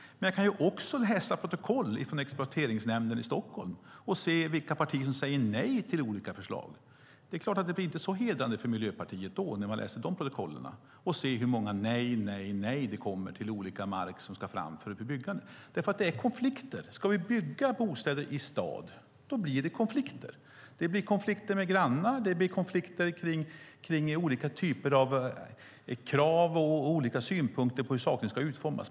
Jag kan läsa protokoll från exploateringsnämnden i Stockholm och se vilka partier som säger nej till olika förslag. Det är inte så hedrande för Miljöpartiet när man läser de protokollen och ser hur många nej, nej, nej det blir när mark ska fram för byggande. Det finns konflikter. Ska vi bygga bostäder i stad då blir det konflikter. Det blir konflikter med grannar. Det blir konflikter då det finns olika krav och synpunkter på hur saker och ting ska utformas.